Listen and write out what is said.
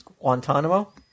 Guantanamo